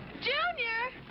junior!